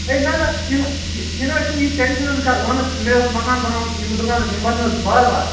ہے نہَ نہَ یہِ نہَ یہِ نہَ چھَنہٕ یہِ ٹینٛشَن نہَ حظ وَن حظ مےٚ اوس مکان بناوُن یِم دُکان حظ یم بَنن حظ بار بار